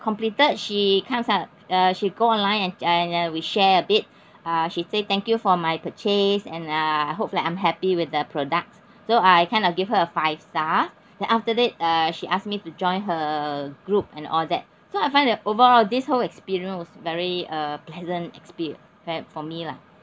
completed she comes out uh she go online and and and we share a bit uh she say thank you for my purchase and uh hope that I'm happy with the products so I kind of give her a five star then after that uh she asked me to join her group and all that so I find that overall this whole experience was very uh pleasant experience for me lah